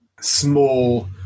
small